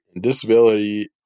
disability